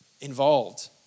involved